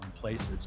places